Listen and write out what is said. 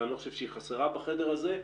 ואני לא חושב שהיא חסרה בחדר הזה.